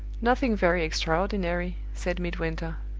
nothing very extraordinary, said midwinter.